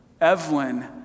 Evelyn